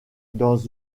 dans